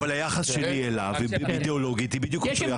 אבל היחס שלי אליו אידאולוגית הוא בדיוק כמו היחס